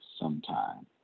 sometime